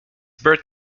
birth